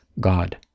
God